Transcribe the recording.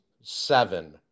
seven